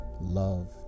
love